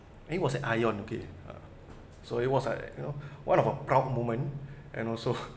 it was at Ion okay uh so it was like you know what a proud moment and also